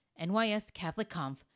NYSCatholicConf